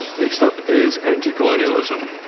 next up is anti-colonialism,